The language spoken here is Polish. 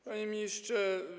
Panie Ministrze!